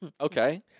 Okay